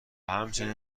همچنین